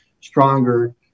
stronger